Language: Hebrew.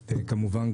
כמובן,